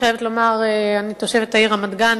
אני תושבת העיר רמת-גן